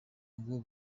ngo